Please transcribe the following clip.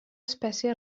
espècie